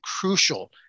crucial